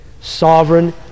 sovereign